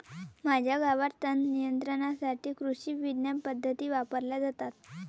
माझ्या गावात तणनियंत्रणासाठी कृषिविज्ञान पद्धती वापरल्या जातात